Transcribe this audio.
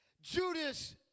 Judas